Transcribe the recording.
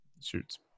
shoots